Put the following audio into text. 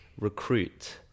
Recruit